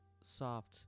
soft